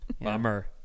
Bummer